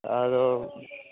ᱟᱫᱚ